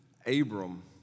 Abram